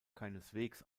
keineswegs